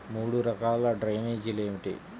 మూడు రకాల డ్రైనేజీలు ఏమిటి?